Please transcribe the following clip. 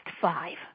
five